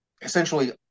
essentially